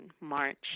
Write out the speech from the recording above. March